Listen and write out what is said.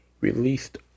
released